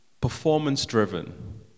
performance-driven